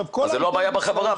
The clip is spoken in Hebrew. אז זאת לא בעיה בחברה.